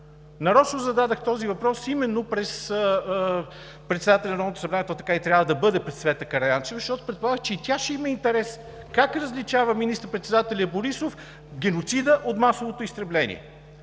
Нарочно зададох този въпрос именно през председателя на Народното събрание, то така и трябва да бъде – през Цвета Караянчева, защото предполагах, че и тя ще има интерес как различава министър-председателят Борисов геноцида от масовото изтребление.